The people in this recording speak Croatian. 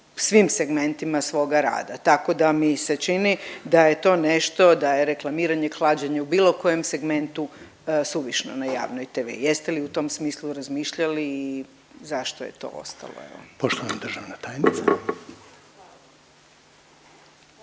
svim segmentima svoga rada tako da mi se čini da je to nešto da je reklamiranje, klađenje u bilo kojem segmentu suvišno na javnoj tv. Jeste li u tom smislu razmišljali i zašto je to ostalo evo. **Reiner,